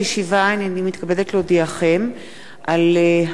הנני מתכבדת להודיעכם על החלטה,